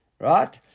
Right